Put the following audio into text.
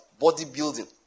bodybuilding